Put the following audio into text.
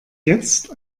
jetzt